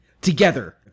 Together